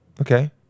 okay